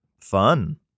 Fun